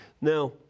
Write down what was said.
Now